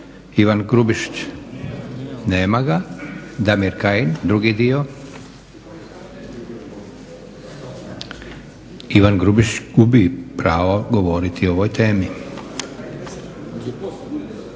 Ivan Grubišić. Nema ga. Damir Kajin, drugi dio. Ivan Grubišić gubi pravo govoriti o ovoj temi.